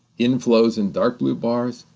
inflows in dark blue bars,